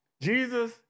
Jesus